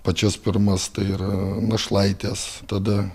pačias pirmas tai yra našlaitės tada